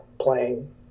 playing